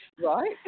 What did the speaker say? right